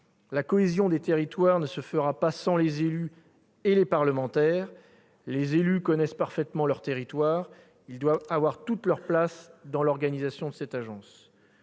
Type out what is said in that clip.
La cohésion des territoires ne se fera pas sans les élus ni sans les parlementaires. Les élus connaissent parfaitement leur territoire. Ils doivent avoir toute leur place dans l'organisation de cette agence.